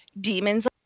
demons